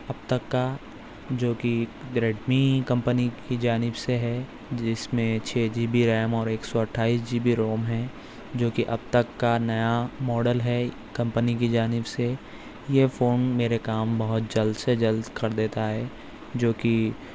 اب تک کا جو کہ گریٹمی کمپنی کی جانب سے ہے جس میں چھ جی بی ریم اور ایک سو اٹھائیس جی بی روم ہے جو کہ اب تک کا نیا موڈل ہے کمپنی کی جانب سے یہ فون میرے کام بہت جلد سے جلد کر دیتا ہے جو کہ